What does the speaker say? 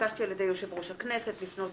התבקשתי על ידי יושב-ראש הכנסת לפנות